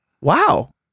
Wow